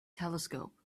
telescope